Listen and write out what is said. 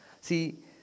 See